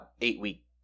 eight-week